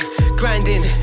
grinding